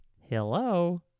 Hello